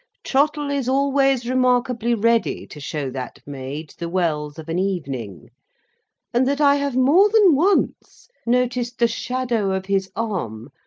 trottle is always remarkably ready to show that maid the wells of an evening and that i have more than once noticed the shadow of his arm,